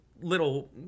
little